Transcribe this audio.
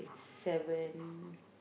seven